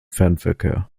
fernverkehr